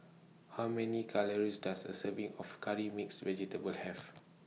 How Many Calories Does A Serving of Curry Mixed Vegetable Have